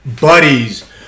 buddies